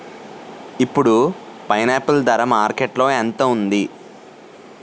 ఇప్పుడు పైనాపిల్ ధర మార్కెట్లో ఎంత ఉంది?